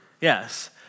yes